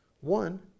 One